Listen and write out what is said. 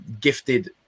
gifted